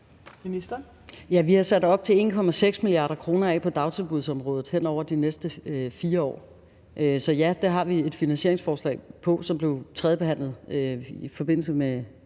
vi har sat op til 1,6 mia. kr. af til dagtilbudsområdet hen over de næste 4 år. Så ja, det har vi et finansieringsforslag til, som blev tredjebehandlet umiddelbart